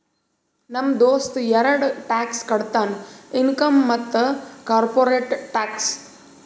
ನಮ್ ದೋಸ್ತ ಎರಡ ಟ್ಯಾಕ್ಸ್ ಕಟ್ತಾನ್ ಇನ್ಕಮ್ ಮತ್ತ ಕಾರ್ಪೊರೇಟ್ ಟ್ಯಾಕ್ಸ್